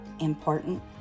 important